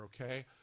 Okay